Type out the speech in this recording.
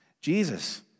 Jesus